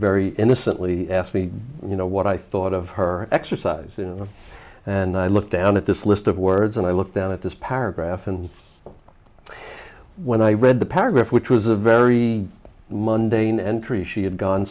very innocently asked me you know what i thought of her exercise and and i looked down at this list of words and i looked down at this paragraph and when i read the paragraph which was a very monday night entry she had gone